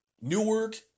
Newark